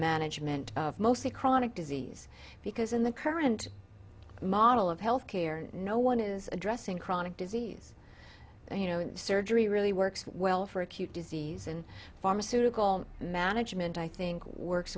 management of mostly chronic disease because in the current model of health care and no one is addressing chronic disease you know in surgery really works well for acute disease and pharmaceutical management i think works